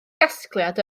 gasgliad